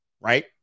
right